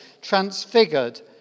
transfigured